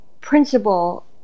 principle